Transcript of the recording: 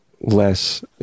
less